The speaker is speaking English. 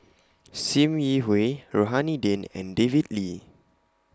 SIM Yi Hui Rohani Din and David Lee